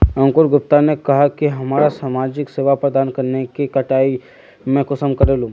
अंकूर गुप्ता ने कहाँ की हमरा समाजिक सेवा प्रदान करने के कटाई में कुंसम करे लेमु?